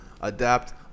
adapt